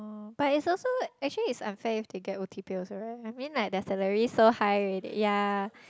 but it's also actually it's unfair if they get O_T pay also right I mean like their salary so high already ya